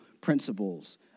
principles